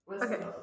Okay